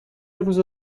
روز